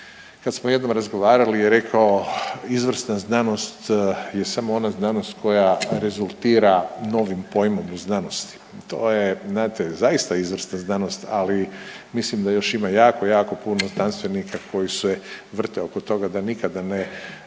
kad smo jednom razgovarali je rekao izvrsna znanost je samo ona znanost koja rezultira novim pojmom iz znanosti. To je znate zaista izvrsna znanost, ali mislim da još ima jako, jako puno znanstvenika koji se vrte oko toga da nikada ne